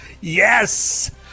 Yes